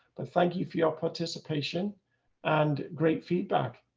but thank you for your participation and great feedback.